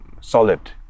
solid